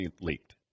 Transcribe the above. leaked